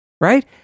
Right